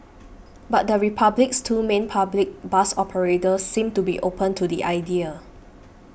but the Republic's two main public bus operators seem to be open to the idea